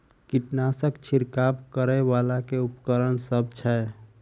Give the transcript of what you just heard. कीटनासक छिरकाब करै वला केँ उपकरण सब छै?